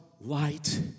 light